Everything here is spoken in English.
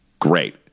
Great